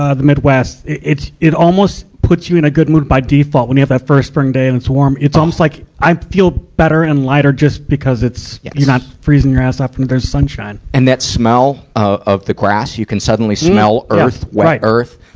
ah the midwest. it, it, it almost puts you in a good mood by default, when you have that first spring day and it's warm. it's almost like, i feel better and lighter just because it's, you're not freezing your ass off and there's sunshine. and that smell of, of the grass, you can suddenly smell earth, wet earth.